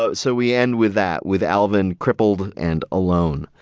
ah so we end with that, with alvin crippled and alone.